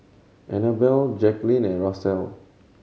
Annabelle Jaclyn and Russell